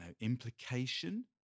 implication